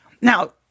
Now